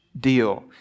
deal